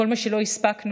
כל מה שלא הספקנו,